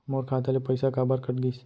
मोर खाता ले पइसा काबर कट गिस?